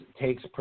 takes